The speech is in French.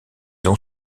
ont